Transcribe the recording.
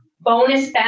bonus